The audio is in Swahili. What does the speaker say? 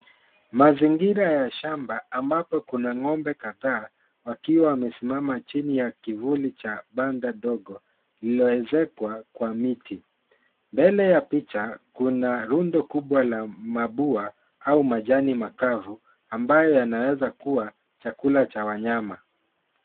Mazingira ya shamba ambapo kuna ng'ombe kadhaa, wakiwa wamesimama chini ya kivuli cha banda dogo, lililoezekwa kwa miti. Mbele ya picha kuna rundo kubwa la mabua au majani makavu ambayo yanaweza kuwa chakula cha wanyama.